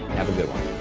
have a good one.